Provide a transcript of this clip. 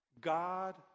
God